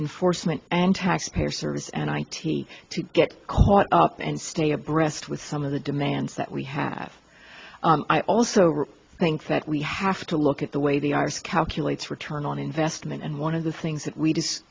enforcement and taxpayer service and i t to get caught up and stay abreast with some of the demands that we have i also think that we have to look at the way the i r s calculates return on investment and one of the things that we just